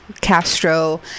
Castro